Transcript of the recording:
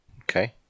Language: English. Okay